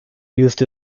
used